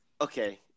okay